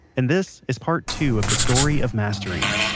and this is part two of the story of mastering